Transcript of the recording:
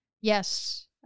Yes